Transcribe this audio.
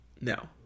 no